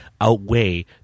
outweigh